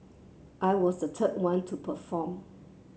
I was the third one to perform